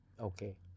Okay